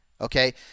okay